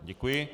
Děkuji.